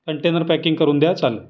container packing करून द्या चालेल